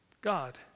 God